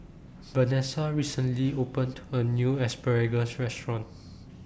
Venessa recently opened A New Asparagus Restaurant